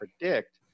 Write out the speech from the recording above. predict